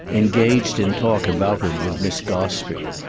engaged in talk about him with miss gostrey.